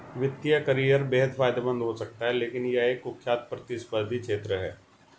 वित्तीय करियर बेहद फायदेमंद हो सकता है लेकिन यह एक कुख्यात प्रतिस्पर्धी क्षेत्र है